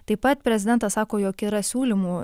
taip pat prezidentas sako jog yra siūlymų